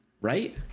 right